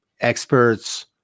experts